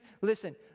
listen